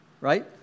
Right